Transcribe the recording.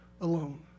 alone